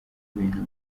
ibintu